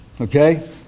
Okay